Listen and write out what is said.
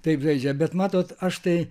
taip žaidžia bet matot aš tai